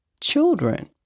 children